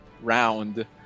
round